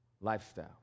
lifestyle